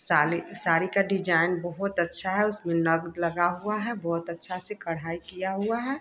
साड़ी साड़ी का डिज़ाइन बहुत अच्छा है उसमें नग लगा हुआ है बहुत अच्छे से कढ़ाई किया हुआ है